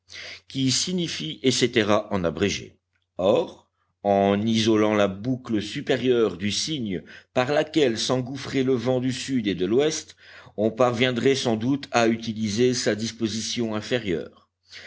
qui signifie et cætera en abrégé or en isolant la boucle supérieure du signe par laquelle s'engouffrait le vent du sud et de l'ouest on parviendrait sans doute à utiliser sa disposition inférieure